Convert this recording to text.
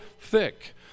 thick